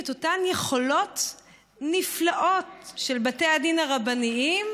אותן יכולות נפלאות של בתי הדין הרבניים,